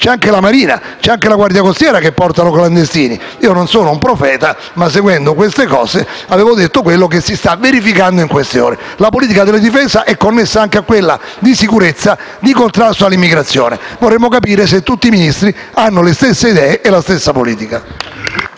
ma anche la Marina e la Guardia costiera che portano clandestini. Non sono un profeta, ma, seguendo queste vicende, avevo detto quello che si sa verificando in queste ore. La politica della difesa è connessa anche a quella di sicurezza e di contrasto all'immigrazione. Vorremmo capire se tutti i Ministri hanno le stesse idee e la stessa politica.